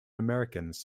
americans